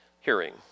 Hearing